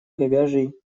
говяжий